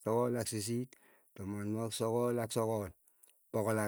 sogol ak sisit, tamanwagik sogol ak sogol, pokol.